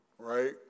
Right